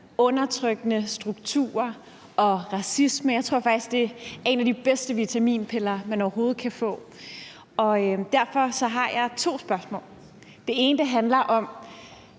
undertrykkende strukturer og racisme. Jeg tror faktisk, det er en af de bedste vitaminpiller, man overhovedet kan få. Derfor har jeg to spørgsmål. Det ene handler om,